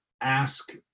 ask